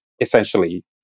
essentially